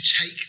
take